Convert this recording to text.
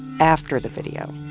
after the video,